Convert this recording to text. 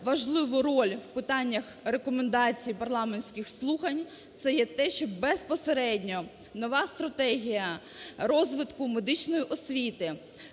важливу роль в питаннях рекомендацій парламентських слухань це є те, що безпосередньо нова стратегія розвитку медичної освіти